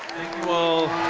all